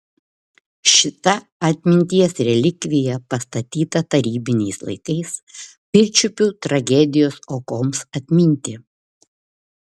šita atminties relikvija pastatyta tarybiniais laikais pirčiupių tragedijos aukoms atminti